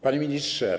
Panie Ministrze!